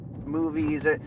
movies